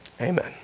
amen